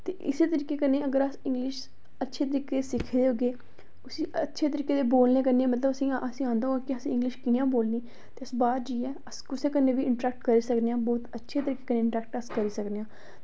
ते इस्सै तरीके कन्नै अगर अस इंग्लिश अच्छे तरीके कन्नै अग्गें सिक्खगे ते इस्सी अच्छे तरीके कन्नै बोलदे मतलब असेंगी आंदा होऐ कि असें इंग्लिश कि'यां बोलनी तुस बाह्र जाइयै अस कुसै कन्नै बी इंटरेक्ट करी सकने हून अस बड़ी अच्छी तरीके कन्नै इंटरेक्ट करी सकने आं